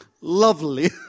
Lovely